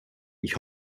ich